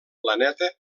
planeta